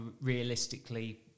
realistically